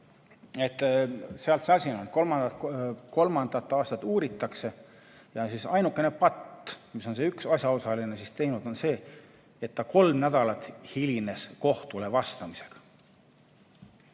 et seda asja kolmandat aastat uuritakse ja ainukene patt, mille üks asjaosaline on teinud, on see, et ta kolm nädalat hilines kohtule vastamisega.